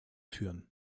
führen